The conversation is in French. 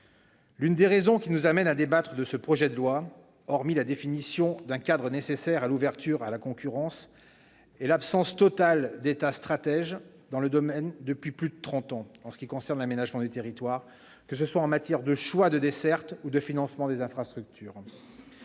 L'une des raisons qui nous amènent à débattre de ce projet de loi, hormis la définition d'un cadre nécessaire à l'ouverture à la concurrence, est l'absence totale d'État stratège depuis plus de trente ans dans le domaine de l'aménagement du territoire, que ce soit en matière de choix de desserte ou de financement des infrastructures.